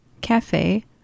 cafe